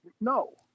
No